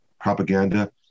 Propaganda